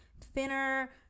thinner